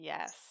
Yes